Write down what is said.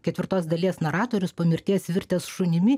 ketvirtos dalies naratorius po mirties virtęs šunimi